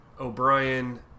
O'Brien